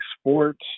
sports